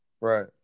Right